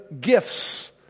gifts